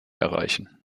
erreichen